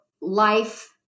life